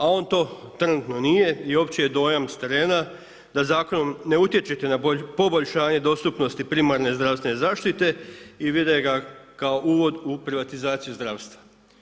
A on to trenutno nije i opći je dojam s terena da zakonom ne utječete na poboljšanje dostupnosti primarne zdravstvene zaštite i vide ga kao uvod u privatizaciju zdravstva.